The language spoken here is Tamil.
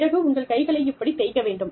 பிறகு உங்கள் கைகளை இப்படி தேய்க்க வேண்டும்